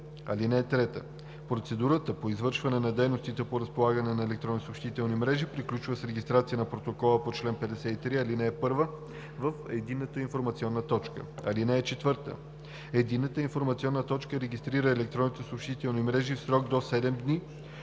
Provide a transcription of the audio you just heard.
ал. 2. (3) Процедурата по извършване на дейностите о разполагане на електронни съобщителни мрежи приключва с регистрация на протокола по чл. 53, ал. 1 в Единната информационна точка. (4) Единната информационна точка регистрира електронните съобщителни мрежи в срок до 7 дни